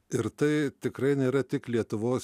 ir tai tikrai nėra tik lietuvos